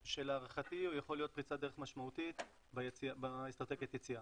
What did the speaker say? שלהערכתי הוא יכול להיות פריצת דרך משמעותית באסטרטגיית היציאה.